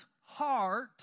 heart